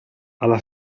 alla